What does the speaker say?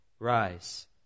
Rise